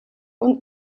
und